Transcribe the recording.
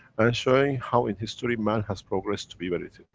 showing, how in history, man has progressed to be where it is.